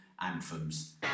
anthems